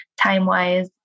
time-wise